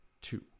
two